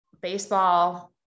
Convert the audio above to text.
baseball